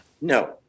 No